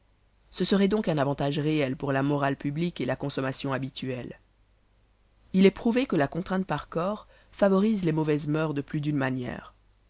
ce serait donc un avantage réel pour la morale publique et la consommation habituelle il est prouvé que la contrainte par corps favorise les mauvaises moeurs de plus d'une manière